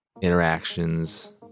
interactions